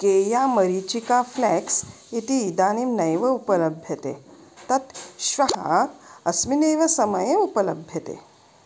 केया मरीचिका फ़्लेक्स् इति इदानीं नैव उपलभ्यते तत् श्वः अस्मिन्नेव समये उपलभ्यते